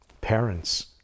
Parents